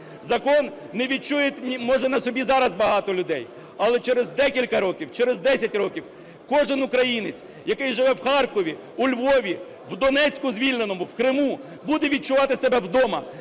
Закон не відчують, може, на собі зараз багато людей, але через декілька років, через десять років кожен українець, який живе в Харкові, у Львові, в Донецьку звільненому, в Криму буде відчувати себе вдома,